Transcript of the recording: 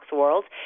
world